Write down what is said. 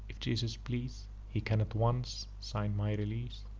if jesus please, he can at once sign my release.